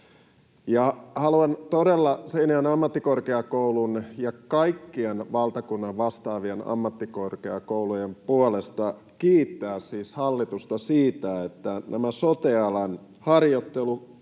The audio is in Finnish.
Haluan todella Seinäjoen ammattikorkeakoulun ja kaikkien valtakunnan vastaavien ammattikorkeakoulujen puolesta kiittää siis hallitusta siitä, että sote-alan harjoittelukorvaukset